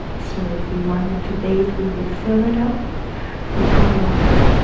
so, if we wanted to bathe, we would fill it up with hot water,